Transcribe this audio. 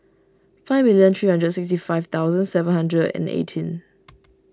fifty three lakh sixty five thousand seven hundred and eighteen